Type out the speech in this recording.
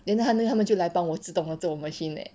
then 他他们就来帮我自动做我的 machine eh